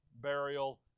burial